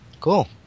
Cool